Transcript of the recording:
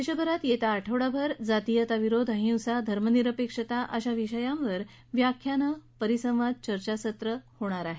देशभरात येत्या आठवडाभर जातीयता विरोध अहिंसा धर्मनिरपेक्षता अशा विषयांवर व्याख्यानं परिसंवाद चर्चासत्र होणार आहेत